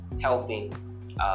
helping